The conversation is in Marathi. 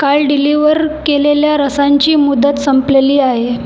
काल डिलिव्हर केलेल्या रसांची मुदत संपलेली आहे